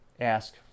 ask